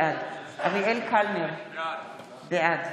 בעד אריאל קלנר, בעד